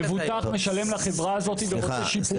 המבוטח משלם לחברה הזאת ורוצה שיפוי.